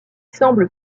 semble